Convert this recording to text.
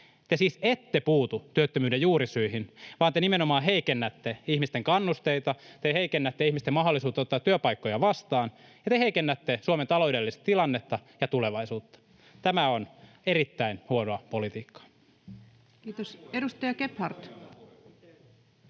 Te siis ette puutu työttömyyden juurisyihin, vaan te nimenomaan heikennätte ihmisten kannusteita, te heikennätte ihmisten mahdollisuutta ottaa työpaikkoja vastaan, ja te heikennätte Suomen taloudellista tilannetta ja tulevaisuutta. Tämä on erittäin huonoa politiikkaa. Kiitos. — Edustaja Gebhard.